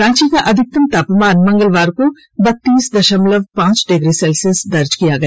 रांची का अधिकतम तापमान मंगलवार को बत्तीस दशमलव पांच डिग्री सेल्सियस दर्ज किया गया